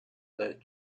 that